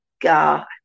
God